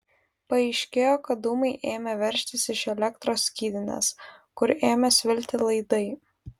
paaiškėjo kad dūmai ėmė veržtis iš elektros skydinės kur ėmė svilti laidai